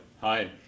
Hi